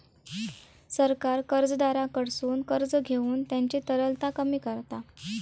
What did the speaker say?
सरकार कर्जदाराकडसून कर्ज घेऊन त्यांची तरलता कमी करता